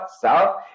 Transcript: south